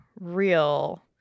real